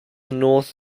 north